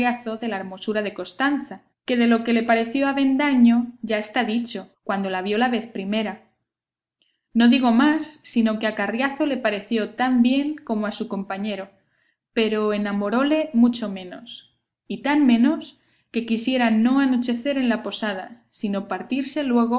de la hermosura de costanza que de lo que le pareció a avendaño ya está dicho cuando la vio la vez primera no digo más sino que a carriazo le pareció tan bien como a su compañero pero enamoróle mucho menos y tan menos que quisiera no anochecer en la posada sino partirse